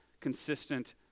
consistent